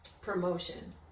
promotion